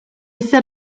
set